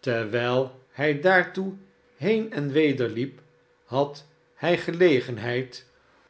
terwijl hij daartoe heen en weder liep had hij gelegenheid